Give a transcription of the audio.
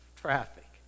traffic